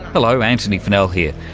hello, antony funnell here,